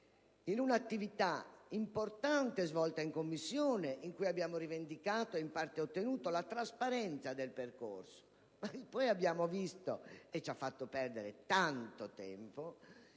in una attività importante svolta in Commissione dove abbiamo rivendicato, e in parte ottenuto, la trasparenza del percorso, ma poi abbiamo visto - e ci ha fatto perdere tanto tempo